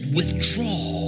withdraw